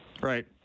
Right